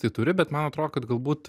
tai turi bet man atrodo kad galbūt